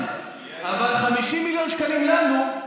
אבל 50 מיליון שקלים לנו,